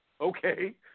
okay